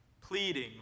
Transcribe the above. Pleading